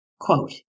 Quote